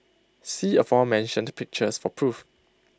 see aforementioned pictures for proof